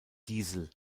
diesel